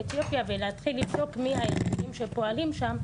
אתיופיה ולהתחיל לבדוק מי היעדים שפועלים שם,